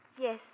Yes